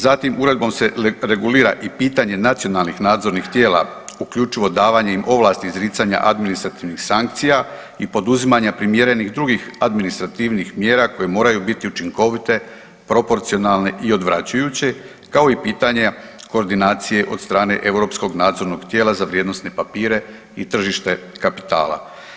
Zatim, Uredbom se regulira i pitanje nacionalnih nadzornih tijela, uključivo davanjem ovlasti izricanja administrativnih sankcija i poduzimanja primjerenih drugih administrativnih mjera koje moraju biti učinkovite, proporcionalne i odvraćajuće, kao i pitanje koordinacije od strane europskog nadzornog tijela za vrijednosne papire i tržište kapitala.